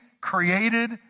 created